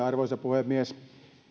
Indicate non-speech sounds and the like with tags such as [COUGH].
[UNINTELLIGIBLE] arvoisa puhemies